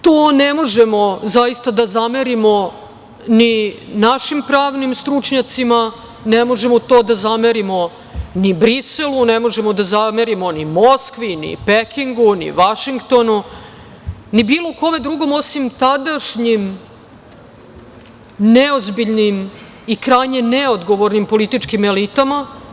To ne možemo zaista da zamerimo ni našim pravnim stručnjacima, ne možemo to da zamerimo ni Briselu, ne možemo da zamerimo ni Moskvi, ni Pekingu, ni Vašingtonu, ni bilo kome drugom, osim tadašnjim neozbiljnim i krajnje neodgovornim političkim elitama.